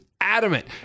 adamant